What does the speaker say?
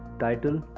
title,